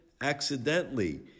accidentally